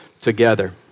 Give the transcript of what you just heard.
together